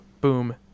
boom